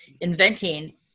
inventing